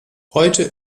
heute